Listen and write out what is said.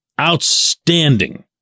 outstanding